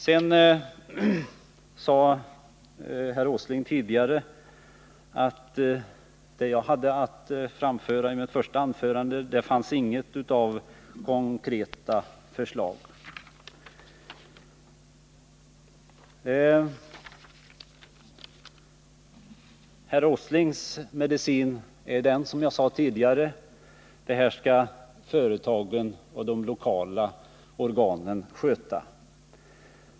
Herr Åsling sade tidigare att det jag hade att framföra i mitt första anförande inte innehöll någonting som innebar konkreta förslag. Men herr Åslings egen medicin är, som jag sade tidigare, att det här skall företagen och de lokala organen sköta.